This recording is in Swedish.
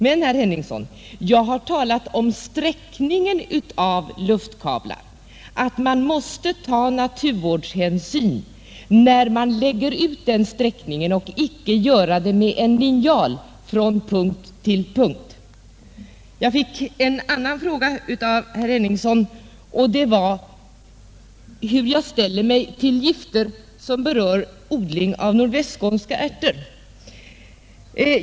Men, herr Henningsson, jag har talat om sträckningen av luftkablar, att man måste ta naturvårdshänsyn när man lägger ut den sträckningen och inte göra den med en linjal från punkt till punkt. Jag fick en annan fråga också av herr Henningsson. Den gällde hur jag ställer mig till gifter som berör odlingen av nordvästskånska ärter.